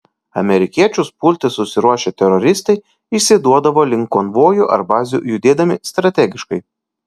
amerikiečius pulti susiruošę teroristai išsiduodavo link konvojų ar bazių judėdami strategiškai